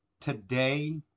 Today